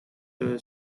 through